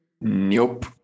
nope